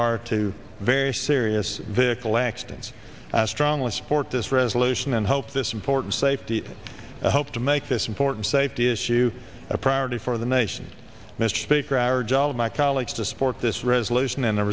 are to very serious vehicle accidents i strongly support this resolution and hope this important safety hope to make this important safety issue a priority for the nation mr speaker our job my colleagues to support this resolution